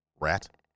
Rat